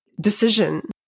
decision